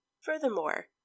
Furthermore